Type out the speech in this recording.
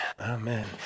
Amen